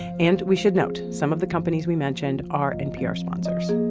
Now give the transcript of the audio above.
and, we should note, some of the companies we mentioned are npr sponsors